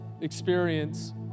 experience